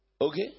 Okay